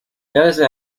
desde